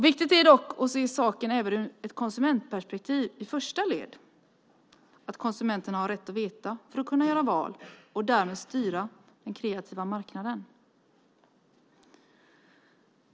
Viktigt är dock att se saken även ur ett konsumentperspektiv i första led, att konsumenterna har rätt att veta för att kunna göra val och därmed styra den kreativa marknaden.